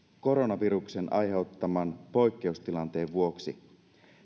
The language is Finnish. koronaviruksen aiheuttaman poikkeustilanteen vuoksi